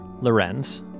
Lorenz